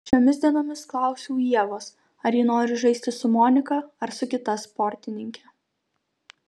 šiomis dienomis klausiau ievos ar ji nori žaisti su monika ar su kita sportininke